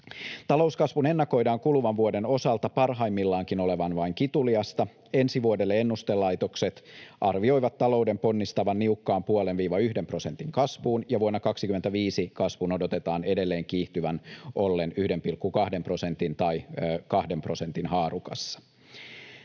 Talouskasvun ennakoidaan kuluvan vuoden osalta parhaimmillaankin olevan vain kituliasta. Ensi vuodelle ennustelaitokset arvioivat talouden ponnistavan niukkaan 0,5–1 prosentin kasvuun ja vuonna 25 kasvun odotetaan edelleen kiihtyvän ollen 1,2 prosentin tai 2 prosentin haarukassa.